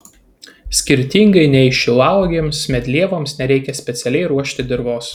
skirtingai nei šilauogėms medlievoms nereikia specialiai ruošti dirvos